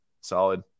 solid